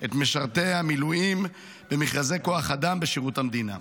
את משרתי המילואים במכרזי כוח אדם בשירות המדינה.